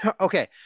Okay